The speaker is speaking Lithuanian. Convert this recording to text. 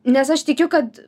nes aš tikiu kad